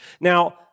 Now